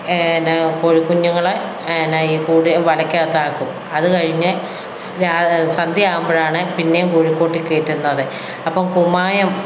എന്നാൽ കോഴിക്കുഞ്ഞുങ്ങളെ എന്നാൽ കൂടു വലക്കകത്താക്കും അതു കഴിഞ്ഞ് സ സന്ധ്യയാകുമ്പോഴാണ് പിന്നെയും കോഴിക്കൂട്ടിൽ കയറ്റുന്നത് അപ്പം കുമ്മായം